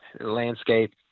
landscape